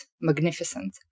magnificent